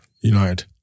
United